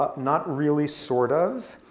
ah not really, sort of.